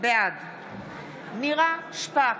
בעד נירה שפק,